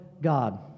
God